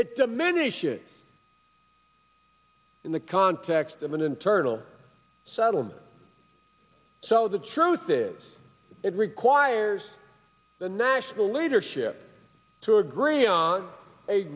it diminishes in the context of an internal settlement so the truth is it requires the national leadership to agree on a